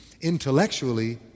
intellectually